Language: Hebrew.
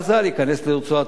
להיכנס לרצועת-עזה,